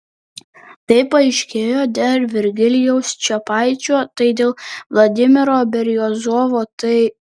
tai paaiškėjo dėl virgilijaus čepaičio tai dėl vladimiro beriozovo tai